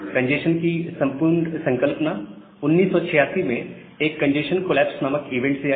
congestion की संपूर्ण संकल्पना 1986 में एक कंजेस्शन कोलैप्स नामक इवेंट से आई